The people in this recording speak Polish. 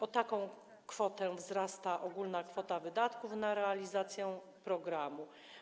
O taką kwotę wzrasta ogólna kwota wydatków na realizację programu.